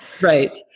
Right